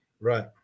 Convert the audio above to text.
Right